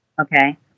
Okay